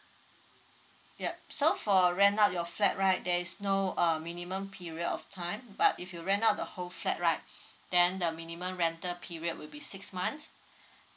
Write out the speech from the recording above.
yup so for rent out your flat right there is no uh minimum period of time but if you rent out the whole flat right then the minimum rental period will be six months